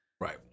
Right